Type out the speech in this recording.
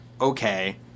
okay